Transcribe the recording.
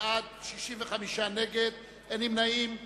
49 בעד, 67 נגד, אין נמנעים.